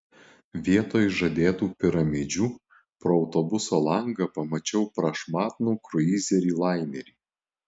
vietoj žadėtų piramidžių pro autobuso langą pamačiau prašmatnų kruizinį lainerį